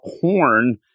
horn